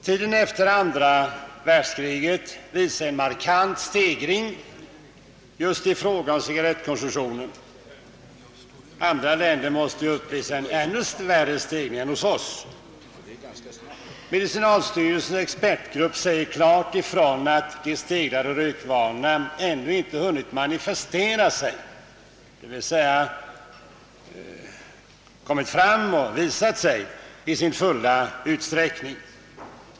Tiden efter andra världskriget visar en markant stegring just i fråga om cigarrettkonsumtionen. Andra länder måste uppvisa en ännu större stegring än vårt land. Medicinalstyrelsens expertgrupp säger klart ifrån att de stegrade rökvanorna ännu inte hunnit visa sig i sin fulla utsträckning.